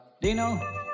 Dino